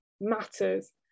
matters